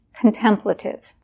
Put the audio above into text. contemplative